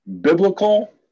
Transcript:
biblical